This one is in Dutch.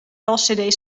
lcd